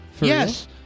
Yes